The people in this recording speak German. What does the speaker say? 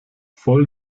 voll